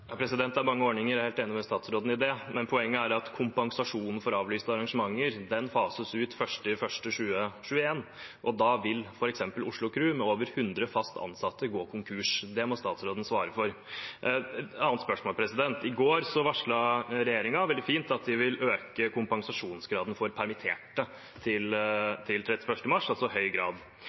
det er mange ordninger – jeg er helt enig med statsråden i det – men poenget er at kompensasjonen for avlyste arrangementer fases ut 1. januar 2021. Da vil f.eks. Oslo Kru, med over 100 fast ansatte, gå konkurs. Det må statsråden svare for. Et annet spørsmål: I går varslet regjeringen – veldig fint – at de vil forlenge den økte kompensasjonsgraden for permitterte til 31. mars, altså høy grad,